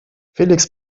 felix